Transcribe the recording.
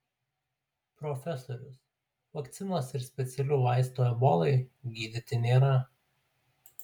profesorius vakcinos ir specialių vaistų ebolai gydyti nėra